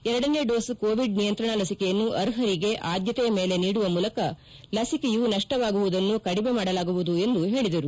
ಎರಡನೇ dose Covid ನಿಯಂತ್ರಣ ಲಸಿಕೆಯನ್ನು ಅರ್ಹರಿಗೆ ಆದ್ಯತೆಯ ಮೇಲೆ ನೀಡುವ ಮೂಲಕ ಲಸಿಕೆಯು ನಷ್ಟವಾಗುವುದನ್ನು ಕಡಿಮೆಮಾಡಲಾಗುವುದು ಎಂದು ಹೇಳಿದರು